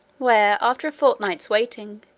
where, after a fortnight's waiting,